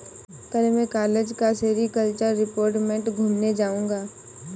कल मैं कॉलेज का सेरीकल्चर डिपार्टमेंट घूमने जाऊंगा